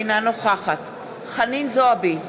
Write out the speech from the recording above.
אינה נוכחת חנין זועבי,